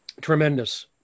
Tremendous